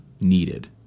needed